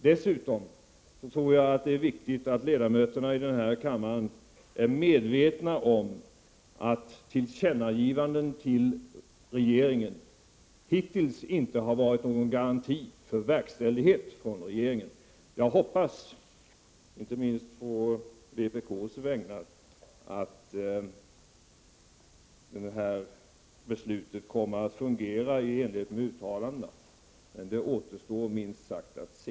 Dessutom tror jag att det är viktigt att ledamöterna i denna kammare är medvetna om att tillkännagivanden till regeringen hittills inte har varit någon garanti för verkställighet från regeringen. Jag hoppas, inte minst på vpk:s vägnar, att när det beslut som vi skall fatta verkställs kommer det att ske i enlighet med uttalandena. Men det återstår, minst sagt, att se.